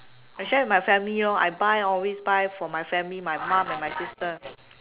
I share with my family lor I buy always buy for my family my mum and my sister